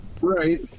right